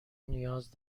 نیاز